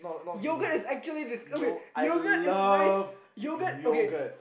yogurt is actually this okay yogurt is nice yogurt okay